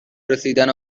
رسیدن